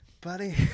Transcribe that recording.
buddy